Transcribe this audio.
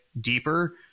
deeper